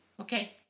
Okay